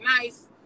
nice